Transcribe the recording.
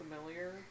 familiar